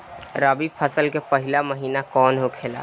रबी फसल के पहिला महिना कौन होखे ला?